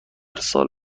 سال